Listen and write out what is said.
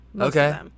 Okay